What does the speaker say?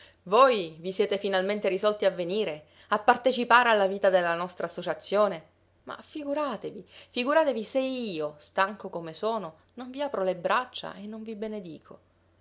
voi vi siete finalmente risolti a venire a partecipare alla vita della nostra associazione ma figuratevi figuratevi se io stanco come sono non vi apro le braccia e non vi benedico